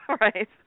Right